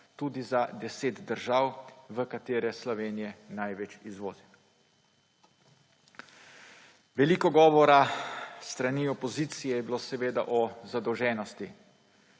tudi za 10 držav, v katere Slovenija največ izvozi. Veliko govora s strani opozicije je bilo o zadolženosti